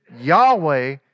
Yahweh